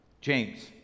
james